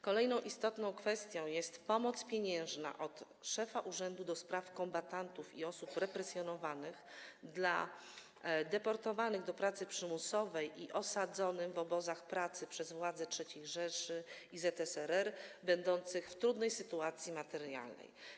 Kolejną istotną kwestią jest pomoc pieniężna szefa Urzędu do Spraw Kombatantów i Osób Represjonowanych dla deportowanych do pracy przymusowej i osadzonych w obozach pracy przez władze III Rzeszy i ZSRR, będących w trudnej sytuacji materialnej.